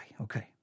okay